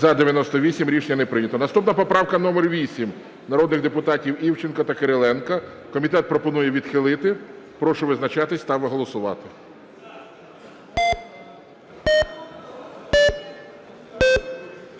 За-98 Рішення не прийнято. Наступна поправка номер 8 народних депутатів Івченка та Кириленка. Комітет пропонує відхилити. Прошу визначатись та голосувати.